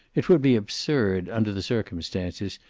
it would be absurd, under the circumstances,